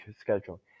schedule